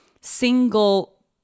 single